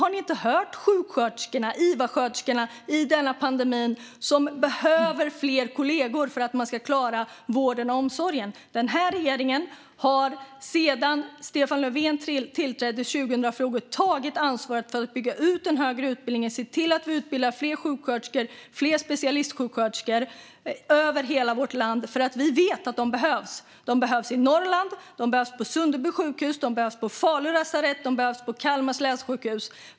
Har ni inte hört iva-sjuksköterskorna i denna pandemi, som behöver fler kollegor för att vi ska klara vården och omsorgen? Den här regeringen har sedan Stefan Löfven tillträdde 2014 tagit ansvaret för att bygga ut den högre utbildningen och se till att vi utbildar fler sjuksköterskor och specialistsjuksköterskor över hela vårt hand. Vi vet att de behövs. De behövs i Norrland, de behövs på Sunderby sjukhus, de behövs på Falu lasarett och de behövs på Kalmars länssjukhus.